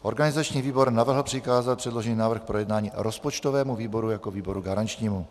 Organizační výbor navrhl přikázat předložený návrh k projednání rozpočtovému výboru jako výboru garančnímu.